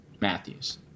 Matthews